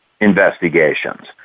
investigations